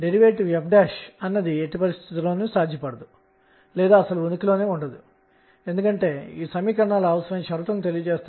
కాబట్టి మనం చూసినది ఒకే శక్తి కోసం ఒకటి కంటే ఎక్కువ కక్ష్యలు ఉండవచ్చు